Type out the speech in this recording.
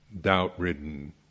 doubt-ridden